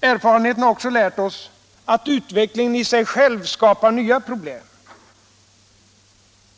Erfarenheten har också lärt oss att utvecklingen i sig skapar nya problem.